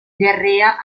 diarrea